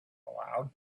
aloud